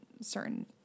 certain